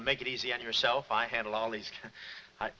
make it easy on yourself i handle all these